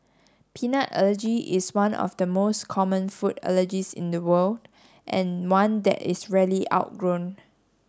peanut allergy is one of the most common food allergies in the world and one that is rarely outgrown